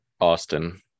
Austin